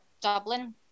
Dublin